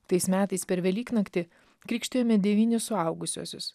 tais metais per velyknaktį krikštijome devynis suaugusiuosius